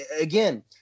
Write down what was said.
again